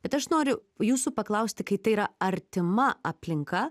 bet aš noriu jūsų paklausti kai tai yra artima aplinka